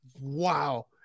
wow